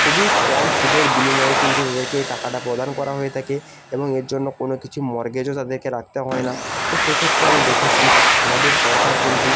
খুবই কম সুদের বিনিময়ে কিন্তু তাদেরকে এই টাকাটা প্রদান করা হয়ে থাকে এবং এর জন্য কোনও কিছু মর্টগেজও তাদেরকে রাখতে হয় না তো সেক্ষেত্রে আমি দেখেছি আমাদের সরকার কিন্তু